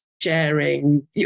sharing